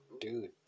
dude